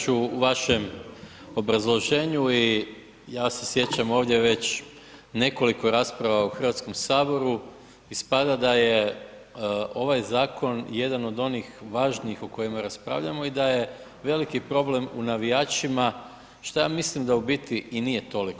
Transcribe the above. Gospodine Katiću u vašem obrazloženju i ja se sjećam ovdje već nekoliko rasprava u Hrvatskom saboru, ispada da je ovaj zakon jedan od onih važnijih o kojima raspravljamo i da je veliki problem u navijačima što ja mislim da u biti i nije toliko.